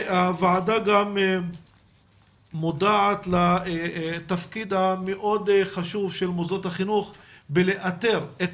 הוועדה גם מודעת לתפקיד המאוד חשוב של מוסדות החינוך בלאתר את